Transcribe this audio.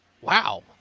wow